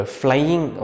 flying